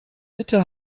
bitte